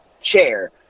chair